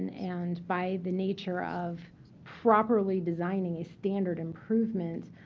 and by the nature of properly designing a standard improvement,